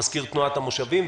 מזכיר תנועת המושבים.